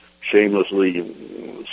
shamelessly